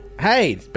Hey